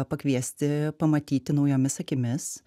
pakviesti pamatyti naujomis akimis